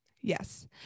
Yes